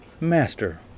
Master